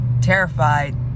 terrified